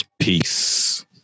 Peace